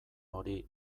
hori